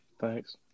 Thanks